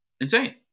Insane